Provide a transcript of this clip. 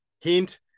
hint